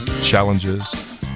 challenges